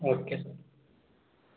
okay sir